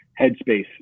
headspace